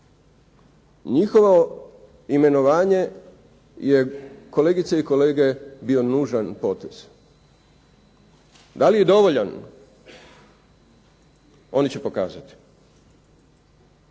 Njihovo imenovanje je, kolegice i kolege, bio nužan potez. Da li je dovoljan, oni će pokazati.